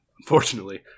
unfortunately